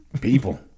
People